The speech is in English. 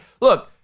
look